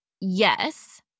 Yes